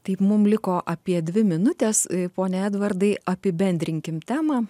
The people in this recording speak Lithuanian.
taip mum liko apie dvi minutės pone edvardai apibendrinkim temą